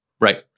right